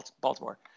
Baltimore